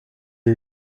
est